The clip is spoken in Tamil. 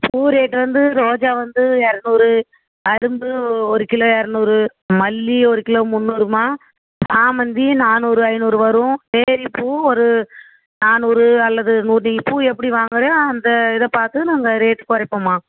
பூ ரேட் வந்து ரோஜா வந்து இரநூறு அரும்பு ஒரு கிலோ இரநூறு மல்லி ஒரு கிலோ முன்னூறும்மா சாமந்தி நானூறு ஐநூறு வரும் டேரிப்பூவும் ஒரு நானூறு அல்லது நுாற்றி பூ எப்படி வாங்கிறையோ அந்த இதை பார்த்து நாங்கள் ரேட் குறைப்போம்மா